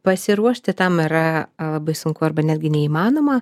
pasiruošti tam yra labai sunku arba netgi neįmanoma